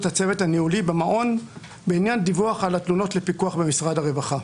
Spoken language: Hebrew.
הצוות הניהולי במעון בעניין דיווח על התלונות לפיקוח במשרד הרווחה.